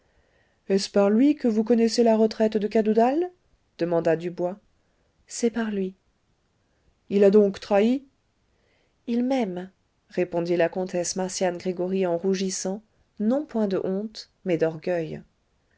est-ce par lui que vous connaissez la retraite de cadoudal demanda dubois c'est par lui il a donc trahi il m'aime répondit la comtesse marcian gregoryi en rougissant non point de honte mais d'orgueil